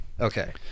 okay